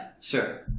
sure